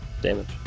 damage